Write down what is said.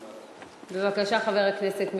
תודה, חבר הכנסת גילאון.